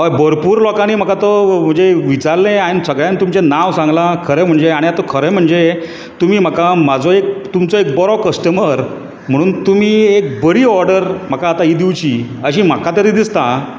हय भरपूर लोकांनी म्हाका तो जे विचारलें हांवें सगळ्यांक तुमचे नांव सांगला खरें म्हणजे आता खरें म्हणजे आता तुमी म्हाका म्हाजो एक तुमचो एक बरो कस्टमर म्हणून तुमी एक बरी ऑर्डर म्हाका आतां ही दिवची अशें म्हाका तरी दिसता हां